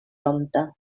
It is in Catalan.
prompte